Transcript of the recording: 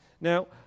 Now